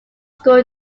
school